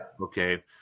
Okay